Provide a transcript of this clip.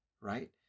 right